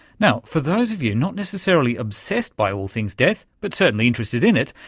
now, for those of you not necessarily obsessed by all things death but certainly interested in it,